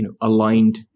aligned